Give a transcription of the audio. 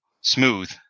Smooth